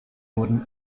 wurden